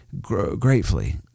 gratefully